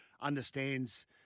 understands